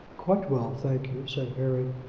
quite well, thank you, said harry,